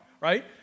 right